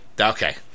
Okay